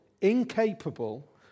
incapable